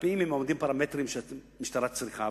על-פי פרמטרים שהמשטרה צריכה,